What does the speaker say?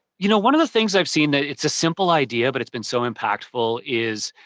you know, one of the things i've seen that, it's a simple idea but it's been so impactful is,